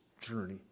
journey